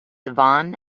vaughan